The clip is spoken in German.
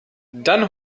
dann